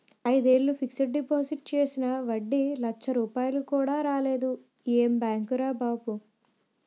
ఐదేళ్ళు fixed deposit చేసినా వడ్డీ లచ్చ కూడా రాలేదు ఏం బాంకురా బాబూ